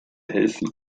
helfen